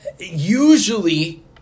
usually